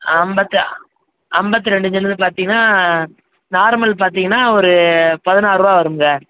ஐம்பத்து ஐம்பத்து ரெண்டு இன்ச்சு வந்து பார்த்தீங்கன்னா நார்மல் பார்த்தீங்கன்னா ஒரு பதினாறு ரூபா வரும்ங்க